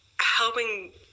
helping